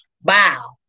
bow